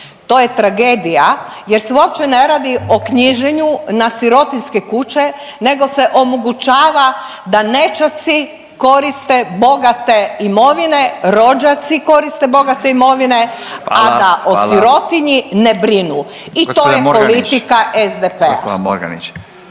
to je tragedija jer se uopće ne radi o knjiženju na sirotinjske kuće nego se omogućava da nećaci koriste bogate imovine, rođaci koriste bogate imovine…/Upadica Radin: Hvala, hvala/…a da